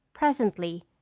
Presently